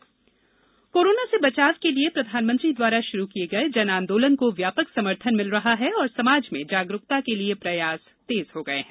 जन आंदोलन अभियान कोरोना से बचाव के लिए प्रधानमंत्री द्वारा शुरू किये गये जन आंदोलन को व्यापक समर्थन मिल रहा है और समाज में जागरूकता के लिए प्रयास तेज हो गये है